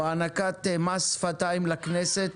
או הענקת מס שפתיים לכנסת